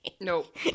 Nope